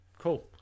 Cool